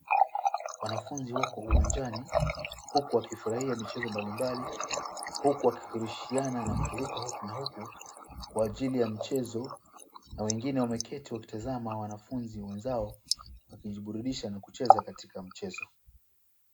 Wanafunzi wako uwanjani huku wakifurahia michezo mbalimbali, huku wakirushiana na kuruka huku na huku kwa ajili ya mchezo na wengine wameketi wakitazama wanafunzi wenzao wakijiburudisha na kucheza katika mchezo.